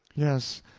yes.